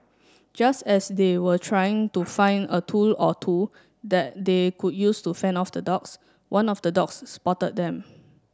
just as they were trying to find a tool or two that they could use to fend of the dogs one of the dogs spotted them